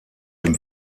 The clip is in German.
dem